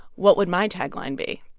what would my tagline be?